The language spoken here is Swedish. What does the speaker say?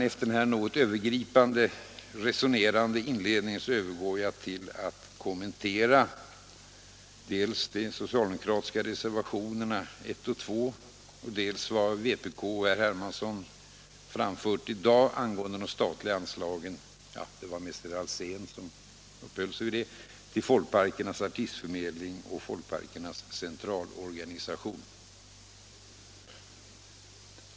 Efter den här något övergripande och resonerande inledningen övergår jag till att kommentera dels de socialdemokratiska reservationerna 1 och 2, dels vad vpk och herr Hermansson framfört i dag angående de statliga anslagen — ja, det var mest herr Alsén som uppehöll sig vid detta — till Folkparkernas artistförmedling och Folkparkernas centralorganisation.